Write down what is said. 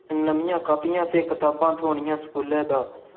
नमियां कापियां ते कताबां थ्होनियां स्कूलै दा